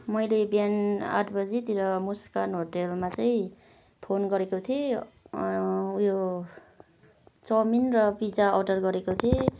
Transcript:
मैले बिहान आठ बजीतिर मुस्कान होटेलमा चाहिँ फोन गरेको थिएँ उयो चौमिन र पिज्जा अर्डर गरेको थिएँ